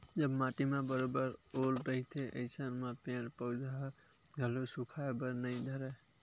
जब माटी म बरोबर ओल रहिथे अइसन म पेड़ पउधा ह घलो सुखाय बर नइ धरय